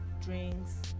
drinks